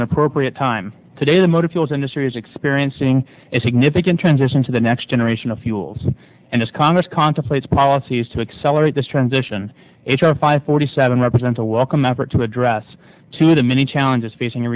an appropriate time today the motor fuels industry is experiencing a significant transition to the next generation of fuels and as congress contemplates policies to accelerate this transition h r five forty seven represents a welcome effort to address to the many challenges facing